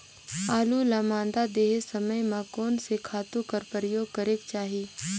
आलू ल मादा देहे समय म कोन से खातु कर प्रयोग करेके चाही?